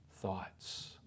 thoughts